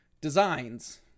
designs